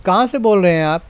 کہاں سے بول رہے ہیں آپ